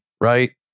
right